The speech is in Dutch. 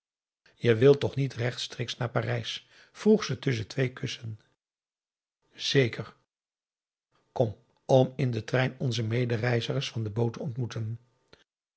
je wilt toch niet rechtstreeks naar parijs vroeg ze tusschen twee kussen zeker kom om in den trein onze medereizigers van de boot te ontmoeten